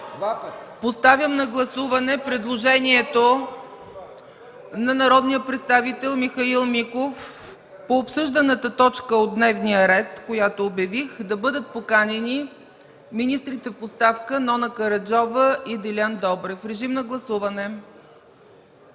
Поставям на гласуване предложението от народния представител Михаил Миков по обсъжданата точка от дневния ред, която обявих – да бъдат поканени министрите в оставка Нона Караджова и Делян Добрев. Режим на гласуване.